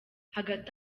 hagati